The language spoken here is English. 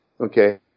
Okay